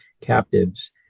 captives